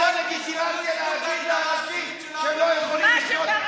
זה נותן לגיטימציה להגיד לאנשים שהם לא יכולים לחיות,